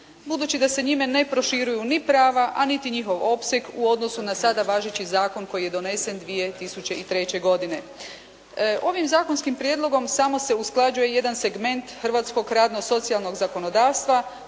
budući da se njime ne proširuju ni prava, a niti njihov opseg u odnosu na sada važeći zakon koji je donesen 2003. godine. Ovim zakonskim prijedlogom samo se usklađuje jedan segment hrvatskog radno-socijalnog zakonodavstva